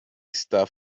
está